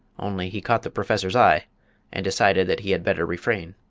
only he caught the professor's eye and decided that he had better refrain.